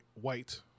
White